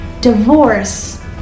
divorce